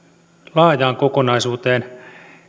laajaan kokonaisuuteen